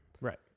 Right